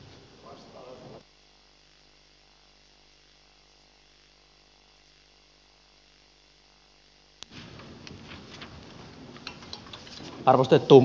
arvostettu puhemies